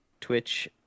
Twitch